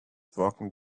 walking